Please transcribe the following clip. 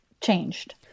changed